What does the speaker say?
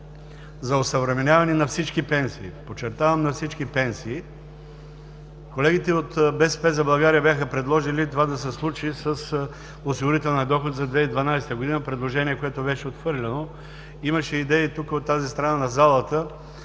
за осъвременяване на всички пенсии – подчертавам, на всички пенсии. Колегите от „БСП за България“ бяха предложили това да се случи с осигурителния доход за 2012 г. – предложение, което беше отхвърлено. Имаше идеи от тази страна на залата